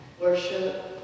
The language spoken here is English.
worship